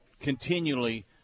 continually